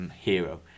hero